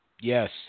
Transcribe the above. yes